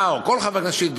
אתה או כל חבר כנסת,